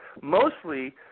mostly –